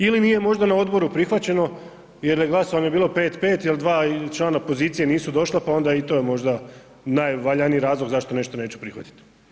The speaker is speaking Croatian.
Ili nije možda na odboru prihvaćeno jer je glasovanje bilo 5-5 jer 2 člana pozicije nisu došla pa onda i to je možda najvaljaniji razlog zašto nešto neće prihvatiti.